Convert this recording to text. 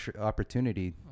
opportunity